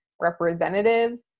representative